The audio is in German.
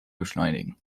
beschleunigen